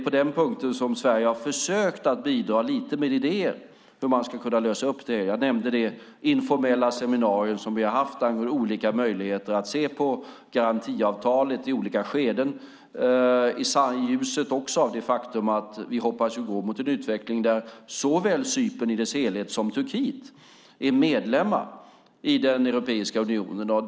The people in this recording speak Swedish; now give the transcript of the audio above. På den punkten har Sverige försökt bidra med idéer om hur man ska kunna lösa upp det. Jag nämnde det informella seminarium vi hade angående olika möjligheter att se på garantiavtalet i olika skeden - också i ljuset av det faktum att vi hoppas gå mot en utveckling där såväl Cypern i sin helhet som Turkiet blir medlemmar i Europeiska unionen.